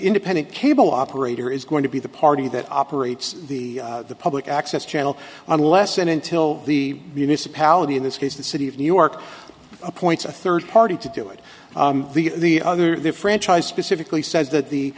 independent cable operator is going to be the party that operates the public access channel unless and until the municipality in this case the city of new york appoints a third party to do it the other the franchise specifically says that the